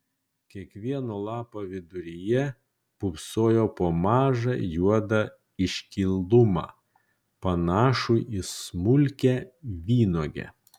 kiekvieno lapo viduryje pūpsojo po mažą juodą iškilumą panašų į smulkią vynuogę